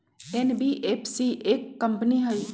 NBFC एक company हई?